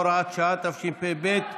הצעת החוק אושרה בקריאה הראשונה,